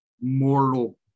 mortal